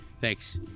Thanks